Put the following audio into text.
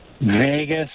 Vegas